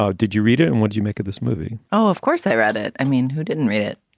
ah did you read it and what do you make of this movie? oh, of course i read it. i mean, who didn't read it?